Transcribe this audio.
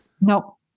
No